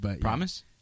Promise